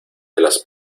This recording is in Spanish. las